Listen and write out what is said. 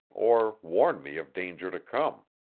or warn me of danger to come.